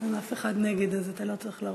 אין אף אחד נגד, אז אתה לא צריך לרוץ.